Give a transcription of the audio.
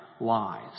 lies